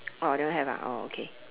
orh that one have ah oh okay